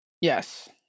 Yes